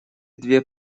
две